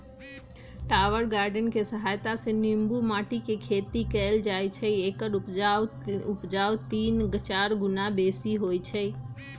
tower garden कें सहायत से बीनु माटीके खेती कएल जाइ छइ एकर उपज तीन चार गुन्ना बेशी होइ छइ